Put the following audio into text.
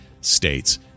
states